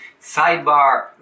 Sidebar